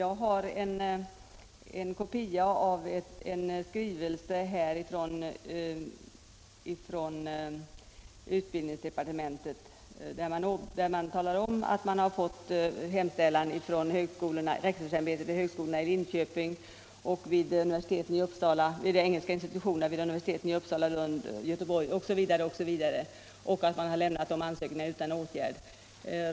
Jag har en kopia av en skrivelse från utbildningsdepartementet, där man talar om att man har fått ansökningar från rektorsämbetet vid högskolan i Linköping och från engelska institutionerna vid universiteten i Uppsala, Lund och Göteborg osv. och att man har lämnat dessa ansökningar utan åtgärd.